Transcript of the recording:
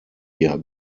wir